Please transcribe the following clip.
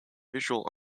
visual